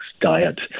diet